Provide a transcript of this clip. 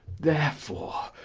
therefore,